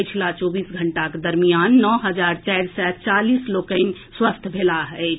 पछिला चौबीस घंटाक दरमियान नओ हजार चारि सय चालीस लोकनि ठीक भेलाह अछि